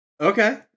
Okay